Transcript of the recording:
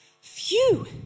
Phew